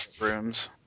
rooms